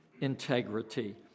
integrity